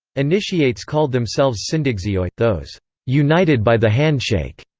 initiates called themselves syndexioi, those united by the handshake.